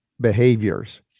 behaviors